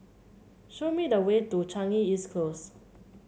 show me the way to Changi East Close